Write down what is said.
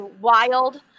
wild